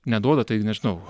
neduoda tai nežinau